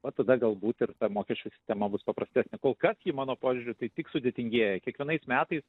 va tada galbūt ir mokesčių sistema bus paprastesnė kol kas ji mano požiūriu tai tik sudėtingėja kiekvienais metais